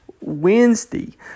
Wednesday